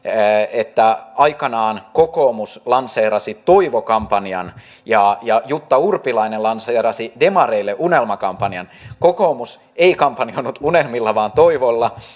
että aikanaan kokoomus lanseerasi toivokampanjan ja ja jutta urpilainen lanseerasi demareille unelmakampanjan kokoomus ei kampanjoinut unelmilla vaan toivolla